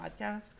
podcast